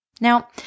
Now